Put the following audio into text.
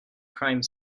crime